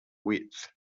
width